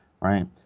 right